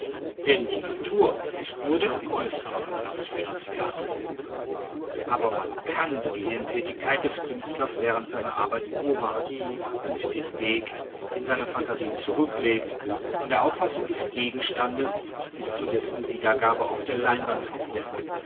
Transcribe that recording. denn die natur ist nur der äußere anlaß für das werk aber man kann die gehirntätigkeit des künstlers während seiner arbeit beobachten und den weg den seine phantasie zurücklegt von der auffassung des gegenstandes bis zu dessen wiedergabe auf der leinewand verfolgen